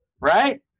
right